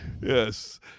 Yes